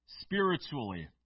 spiritually